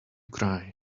cry